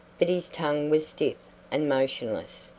but his tongue was stiff and motionless,